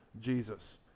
Jesus